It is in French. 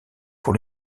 pour